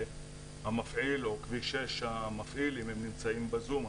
המפעיל או כביש 6 אם הם נמצאים בזום.